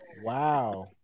Wow